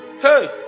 Hey